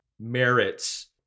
merits